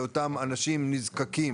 לאותם אנשים נזקקים.